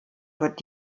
wird